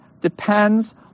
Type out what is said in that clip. depends